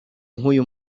nk’uyu